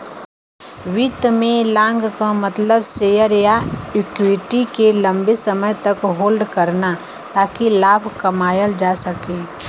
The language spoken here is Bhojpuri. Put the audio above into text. वित्त में लॉन्ग क मतलब शेयर या इक्विटी के लम्बे समय तक होल्ड करना ताकि लाभ कमायल जा सके